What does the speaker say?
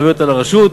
להעביר אותה לרשות,